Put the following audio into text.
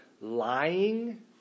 lying